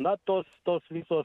na tos tos visos